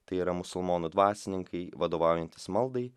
tai yra musulmonų dvasininkai vadovaujantys maldai